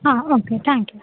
हां okay thank you